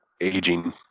aging